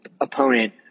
opponent